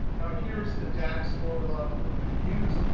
now here's the dax formula we're going to use,